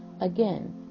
Again